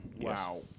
Wow